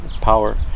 power